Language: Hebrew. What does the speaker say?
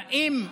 היום,